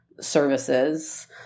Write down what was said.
services